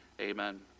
Amen